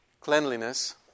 cleanliness